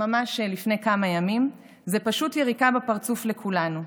ממש לפני כמה ימים, זה פשוט יריקה בפרצוף לכולנו.